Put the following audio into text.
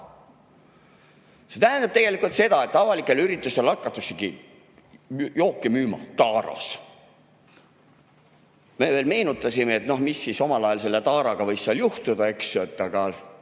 See tähendab tegelikult seda, et avalikel üritustel hakataksegi jooke müüma taaras. Me veel meenutasime, mis omal ajal selle taaraga võis juhtuda, aga